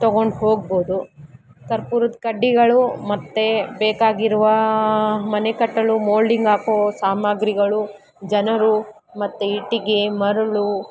ತಗೊಂಡು ಹೋಗ್ಬೋದು ಕರ್ಪೂರದ ಕಡ್ಡಿಗಳು ಮತ್ತು ಬೇಕಾಗಿರುವಾ ಮನೆ ಕಟ್ಟಲು ಮೋಲ್ಡಿಂಗ್ ಹಾಕೋ ಸಾಮಗ್ರಿಗಳು ಜನರು ಮತ್ತು ಇಟ್ಟಿಗೆ ಮರಳು